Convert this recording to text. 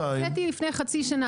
הקציתי לפני חצי שנה,